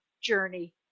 journey